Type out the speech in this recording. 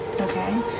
Okay